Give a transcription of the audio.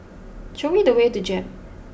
show we the way to Jem